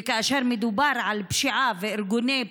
וכאשר מדובר על פשיעה וארגוני פשע,